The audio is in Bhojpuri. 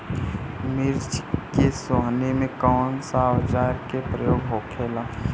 मिर्च के सोहनी में कौन सा औजार के प्रयोग होखेला?